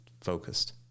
focused